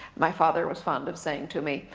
my father was fond of saying to me,